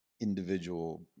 individual